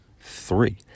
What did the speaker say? three